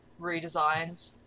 redesigned